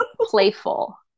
playful